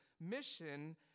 mission